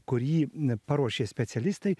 kurį paruošė specialistai